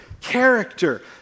character